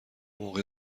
موقع